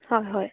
হয় হয়